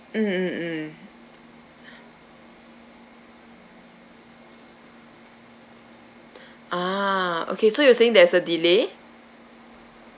mm mm mm ah okay so you're saying there's a delay